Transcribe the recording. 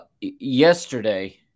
yesterday